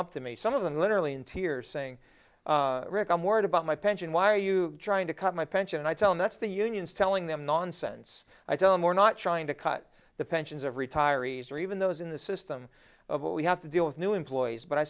up to me some of them literally in tears saying reckon worried about my pension why are you trying to cut my pension i tell him that's the union's telling them nonsense i tell them we're not trying to cut the pensions of retirees or even those in the system what we have to deal with new employees but i